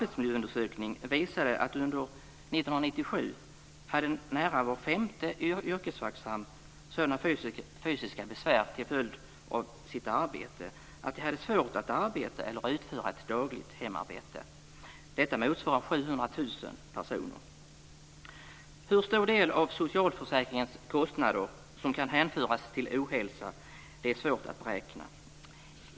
1997 hade nära var femte yrkesverksam sådana fysiska besvär till följd av sitt arbete att de hade svårt att arbeta eller utföra ett dagligt hemarbete. Detta motsvarar 700 000 personer. Hur stor del av socialförsäkringens kostnader som kan hänföras till ohälsa är svårt att beräkna.